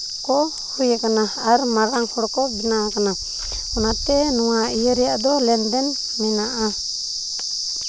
ᱠᱚ ᱦᱩᱭ ᱠᱟᱱᱟ ᱟᱨ ᱢᱟᱨᱟᱝ ᱦᱚᱲ ᱠᱚ ᱵᱮᱱᱟᱣ ᱠᱟᱱᱟ ᱚᱱᱟᱛᱮ ᱱᱚᱣᱟ ᱤᱭᱟᱹ ᱨᱮᱭᱟᱜ ᱫᱚ ᱞᱮᱱᱫᱮᱱ ᱢᱮᱱᱟᱜᱼᱟ